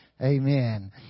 Amen